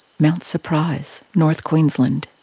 mount surprise, north queensland,